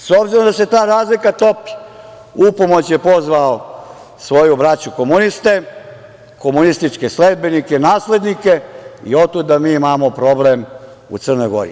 S obzirom da se ta razlika topi, u pomoć je pozvao svoju braću komuniste, komunističke sledbenike, naslednike i otuda mi imamo problem u Crnoj Gori.